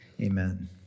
Amen